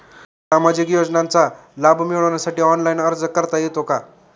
सामाजिक योजनांचा लाभ मिळवण्यासाठी ऑनलाइन अर्ज करता येतो का?